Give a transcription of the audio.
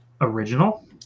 original